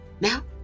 Now